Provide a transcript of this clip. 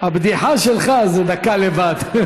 הבדיחה שלך לבד זה דקה.